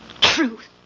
Truth